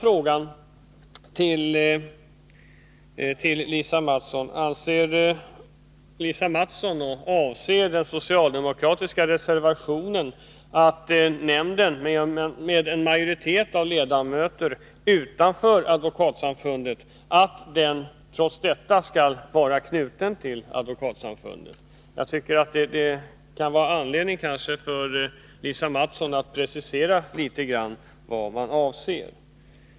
Jag måste fråga: Anser Lisa Mattson och avser den socialdemokratiska reservationen att nämnden skall vara knuten till Advokatsamfundet trots att en majoritet av ledamöterna inte tillhör Advokatsamfundet? Det kan finnas anledning för Lisa Mattson att precisera litet grand vad man avser.